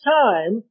time